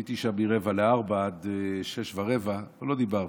הייתי שם מ-15:45 עד 18:15, לא דיברתי.